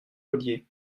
ollier